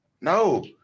No